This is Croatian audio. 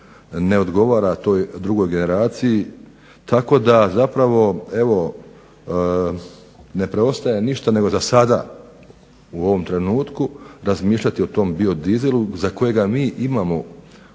ne odgovara toj drugoj generaciji tako da zapravo ne preostaje ništa nego da sada u ovom trenutku razmišljati o tom bio dizelu za koji